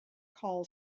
call